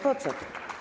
Po co to?